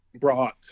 brought